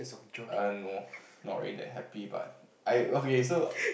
err no not really that happy but I okay so